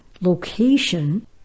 location